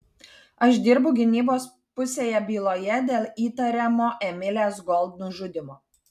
aš dirbu gynybos pusėje byloje dėl įtariamo emilės gold nužudymo